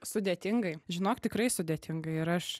sudėtingai žinok tikrai sudėtingai ir aš